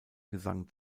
gesang